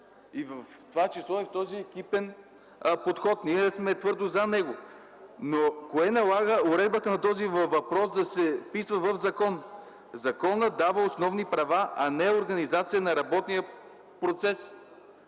в това число и този екипен подход? Ние сме твърдо за него, но кое налага уредбата на този въпрос да се вписва в закон? Законът дава основни права, а не организация на работния процес.